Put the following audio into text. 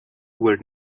were